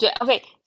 Okay